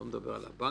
שלא נדבר על הבנקים,